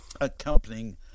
accompanying